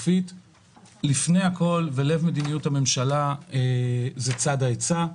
שלפני הכול ולב מדיניות הממשלה זה צד ההיצע.